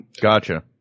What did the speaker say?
Gotcha